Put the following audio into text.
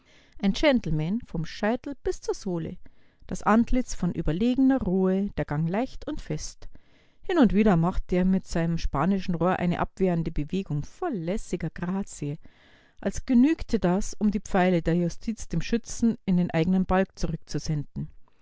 ein gentleman vom scheitel bis zur sohle das antlitz von überlegener ruhe der gang leicht und fest hin und wieder machte er mit seinem spanischen rohr eine abwehrende bewegung voll lässiger grazie als genügte das um die pfeile der justiz dem schützen in den eigenen balg zurückzusenden